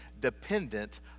dependent